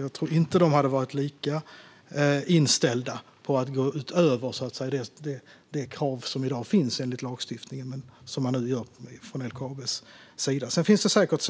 Jag tror inte att de hade varit lika inställda på att gå utöver det krav som i dag finns enligt lagstiftningen, vilket LKAB nu gör. Det finns säkert